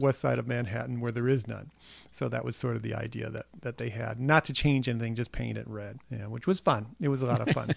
west side of manhattan where there is none so that was sort of the idea that that they had not to change and then just paint it red and which was fun it was a lot of fun